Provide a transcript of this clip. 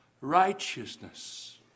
righteousness